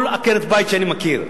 כל עקרת בית שאני מכיר.